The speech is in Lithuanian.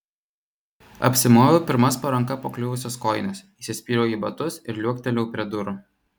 apsimoviau pirmas po ranka pakliuvusias kojines įsispyriau į batus ir liuoktelėjau prie durų